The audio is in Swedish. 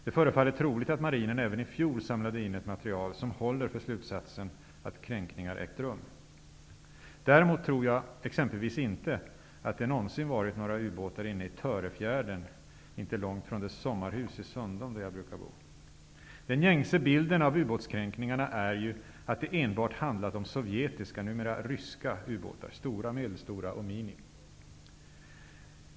Det förefaller troligt att marinen även i fjol samlade in ett material som håller för slutsatsen att kränkningar ägt rum. Däremot tror jag exempelvis inte att det någonsin varit några ubåtar inne i Törefjärden, inte långt från det sommarhus i Sundom där jag brukar bo. Den gängse bilden av ubåtskränkningarna är ju att det enbart handlat om sovjetiska, numera ryska, ubåtar; stora, medelstora och mini.